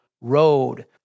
road